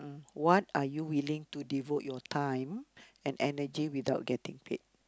what are you willing to devote your time and energy without getting paid